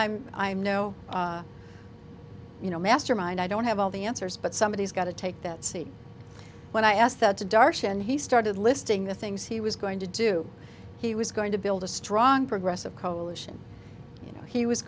i'm i'm no you know mastermind i don't have all the answers but somebody has got to take that seat when i asked that to darshan he started listing the things he was going to do he was going to build a strong progressive coalition you know he was